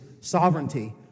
sovereignty